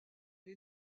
les